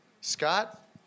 Scott